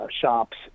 shops